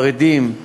חרדים.